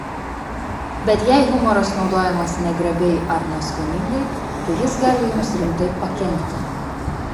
bet jei humoras naudojamas negrabiai ar neskoningai tai jis gali jums rimtai pakenkti